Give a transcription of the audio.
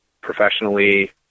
professionally